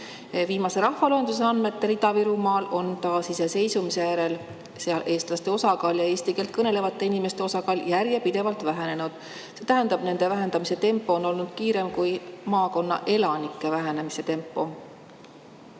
Viimase rahvaloenduse andmetel on Ida-Virumaal taasiseseisvumise järel eestlaste ja eesti keelt kõnelevate inimeste osakaal järjepidevalt vähenenud. See tähendab, et nende vähenemise tempo on olnud kiirem kui maakonna elanike vähenemise tempo.